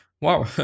wow